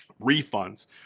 Refunds